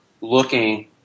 looking